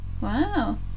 Wow